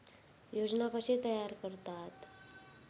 योजना कशे तयार करतात?